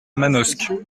manosque